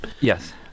Yes